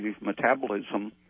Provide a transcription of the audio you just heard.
metabolism